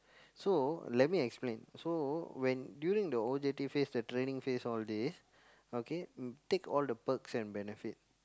so let me explain so when during the O_J_T phase the training phase all these okay take all the perks and benefit